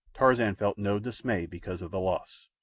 tarzan felt no dismay because of the loss.